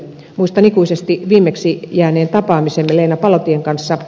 muistan ikuisesti viimeiseksi jääneen tapaamisemme leena palotien kanssa